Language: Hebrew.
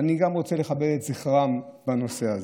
ואני גם רוצה לכבד את זכרם בנושא הזה,